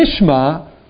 Nishma